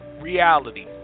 reality